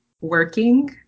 working